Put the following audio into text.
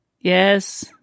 Yes